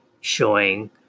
showing